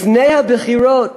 לפני הבחירות